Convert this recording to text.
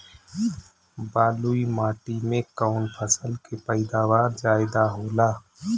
बालुई माटी में कौन फसल के पैदावार ज्यादा होला?